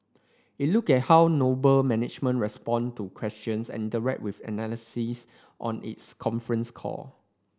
it looked at how Noble management responded to questions and interacted with analysis on its conference call